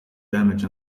damage